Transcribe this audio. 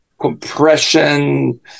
compression